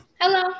Hello